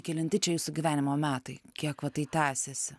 kelinti čia jūsų gyvenimo metai kiek va tai tęsėsi